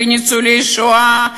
וניצולי השואה,